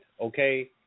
okay